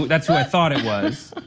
that's who i thought it was.